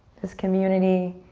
this community,